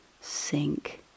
sink